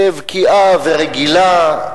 כבקיאה ורגילה.